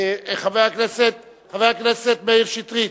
הכנסת נתקבלה.